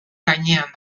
gainean